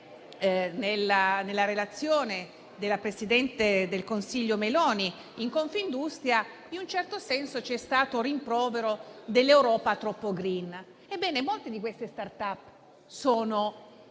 nella relazione della presidente del consiglio Meloni in Confindustria, in un certo senso c'è stato un rimprovero dell'Europa troppo *green*. Ebbene, molte *start-up* sono